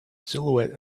silhouette